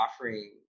offering